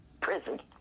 prison